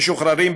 משוחררים,